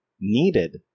needed